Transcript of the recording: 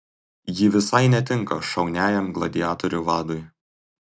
ji visai netinka šauniajam gladiatorių vadui